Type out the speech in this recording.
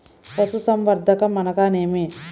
పశుసంవర్ధకం అనగా ఏమి?